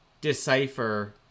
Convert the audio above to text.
decipher